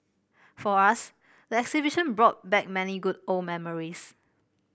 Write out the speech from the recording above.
for us the exhibition brought back many good old memories